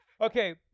okay